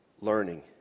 learning